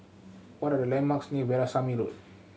what are the landmarks near Veerasamy Road